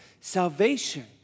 salvation